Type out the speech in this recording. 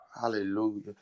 Hallelujah